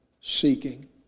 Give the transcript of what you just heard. seeking